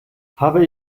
habe